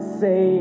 say